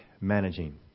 managing